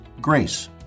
grace